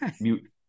mute